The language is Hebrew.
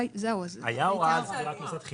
הייתה הוראה על סגירת מוסדות חינוך.